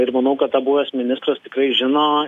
ir manau kad tą buvęs ministras tikrai žino